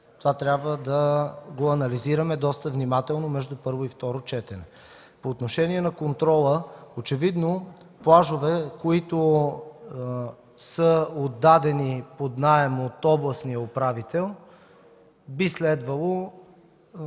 това трябва да го анализираме доста внимателно между първо и второ четене. По отношение на контрола – очевидно плажове, които са отдадени под наем от областния управител, би следвало